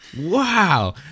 Wow